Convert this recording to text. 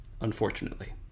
Unfortunately